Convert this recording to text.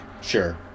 Sure